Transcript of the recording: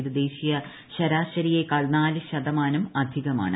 ഇത് ദേശീയ ശരാശരിയേക്കാൾ നാലു ശതമാനം അധികമാണ്